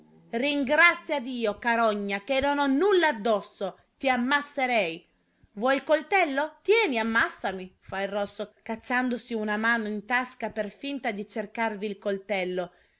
ringrazia dio carogna che non ho nulla addosso ti ammazzerei vuoi il coltello tieni ammazzami fa il rosso cacciandosi una mano in tasca per finta di cercarvi il coltello